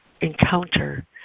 encounter